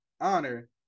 honor